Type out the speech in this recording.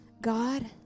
God